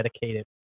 dedicated